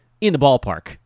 in-the-ballpark